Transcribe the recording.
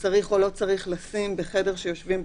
צריך או לא צריך לשים בחדר שיושבים בו